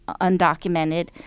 undocumented